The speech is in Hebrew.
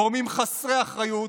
גורמים חסרי אחריות,